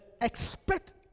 expect